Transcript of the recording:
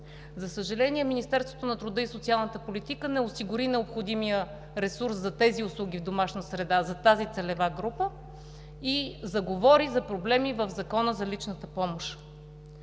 За съжаление, Министерството на труда и социалната политика не осигури необходимия ресурс за тези услуги в домашна среда за тази целева група и заговори за проблеми в Закона за личната помощ.